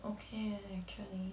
okay eh actually